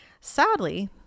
Sadly